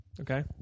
Okay